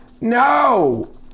No